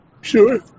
Sure